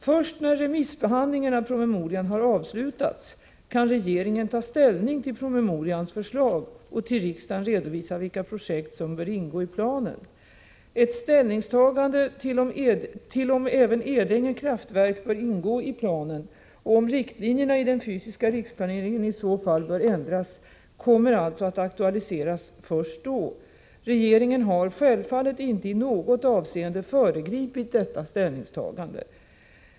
Först när remissbehandlingen av promemorian har avslutats kan regeringen ta ställning till promemorians förslag och till riksdagen redovisa vilka projekt som bör ingå i planen. Ett ställningstagande till om även Edänge 97 kraftverk bör ingå i planen och om riktlinjerna i den fysiska riksplaneringen i så fall bör ändras kommer alltså att aktualiseras först då. Regeringen har självfallet inte i något avseende föregripit detta ställningstagande.